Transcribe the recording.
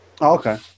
Okay